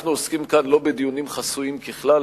אנחנו עוסקים כאן לא בדיונים חסויים ככלל,